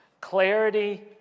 Clarity